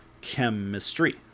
chemistry